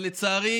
אבל לצערי